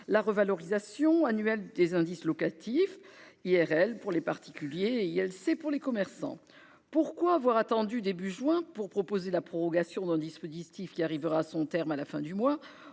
la revalorisation annuelle des indices locatifs, dits « IRL » pour les particuliers et « ILC » pour les commerçants. Pourquoi avoir attendu le début du mois de juin pour proposer la prorogation d'un dispositif qui arrivera à son terme à la fin du mois ?